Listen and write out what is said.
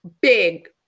big